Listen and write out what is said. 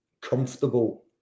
comfortable